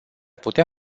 putea